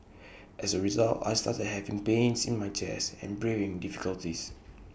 as A result I started having pains in my chest and breathing difficulties